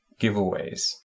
giveaways